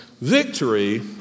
victory